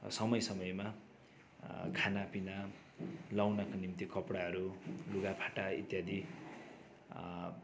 समय समयमा खानापिना लगाउनको निम्ति कपडाहरू लुगाफाटा इत्यादि